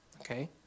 okay